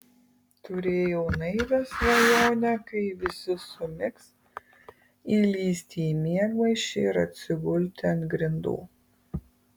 turėjau naivią svajonę kai visi sumigs įlįsti į miegmaišį ir atsigulti ant grindų